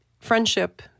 friendship